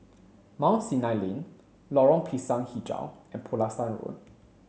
Mount Sinai Lane Lorong Pisang Hijau and Pulasan Road